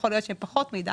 יכול להיות שהן פחות מדי.